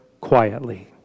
quietly